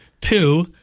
Two